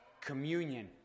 communion